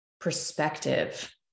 perspective